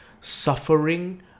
suffering